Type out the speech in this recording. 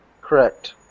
Correct